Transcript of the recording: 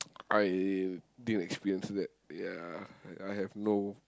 I didn't experience that ya I have no